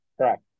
Correct